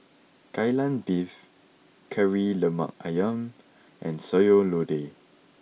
Kai Lan Beef Kari Lemak Ayam and Sayur Lodeh